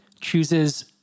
chooses